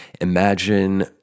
imagine